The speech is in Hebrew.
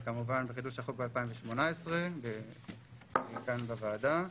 וכמובן בחידוש החוק ב-2018 כאן בוועדה.